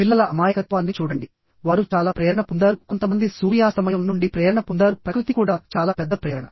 పిల్లల అమాయకత్వాన్ని చూడండి వారు చాలా ప్రేరణ పొందారు కొంతమంది సూర్యాస్తమయం నుండి ప్రేరణ పొందారు ప్రకృతి కూడా చాలా పెద్ద ప్రేరణ